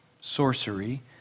sorcery